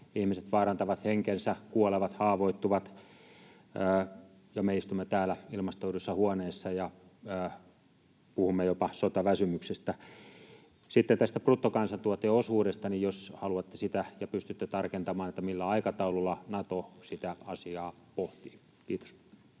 Ihmiset vaarantavat henkensä, kuolevat, haavoittuvat, ja me istumme täällä ilmastoiduissa huoneissa ja puhumme jopa sotaväsymyksestä. Sitten tästä bruttokansantuoteosuudesta, niin jos haluatte ja pystytte sitä tarkentamaan, millä aikataululla Nato sitä asiaa pohtii? — Kiitos.